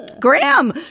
Graham